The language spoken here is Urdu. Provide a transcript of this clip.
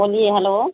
بولیے ہلو